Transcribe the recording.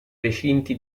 recinti